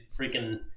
freaking